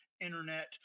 internet